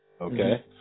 Okay